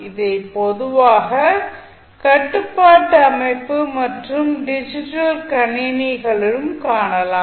இதை பொதுவாக கட்டுப்பாட்டு அமைப்பு மற்றும் டிஜிட்டல் கணினிகளிலும் காணலாம்